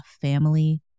family